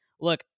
Look